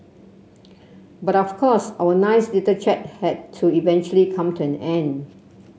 but of course our nice little chat had to eventually come to an end